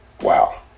Wow